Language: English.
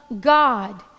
God